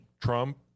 Trump